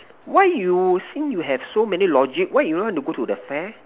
why you seem you have so many logic why you want to go to the fair